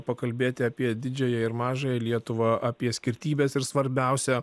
pakalbėti apie didžiąją ir mažąją lietuvą apie skirtybes ir svarbiausia